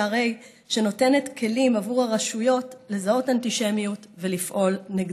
שנותנת כלים לרשויות לזהות אנטישמיות ולפעול נגדה.